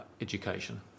education